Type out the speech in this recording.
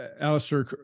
Alistair